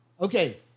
Okay